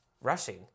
rushing